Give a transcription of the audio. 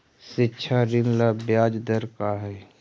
शिक्षा ऋण ला ब्याज दर का हई?